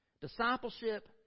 Discipleship